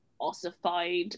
ossified